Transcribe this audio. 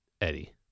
Eddie